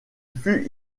fut